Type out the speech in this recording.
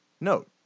note